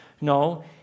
No